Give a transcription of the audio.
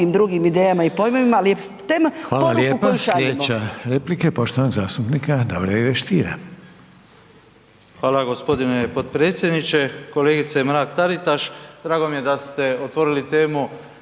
Hvala lijepa. Sljedeća replika je poštovanog zastupnika Davora Ive Stiera.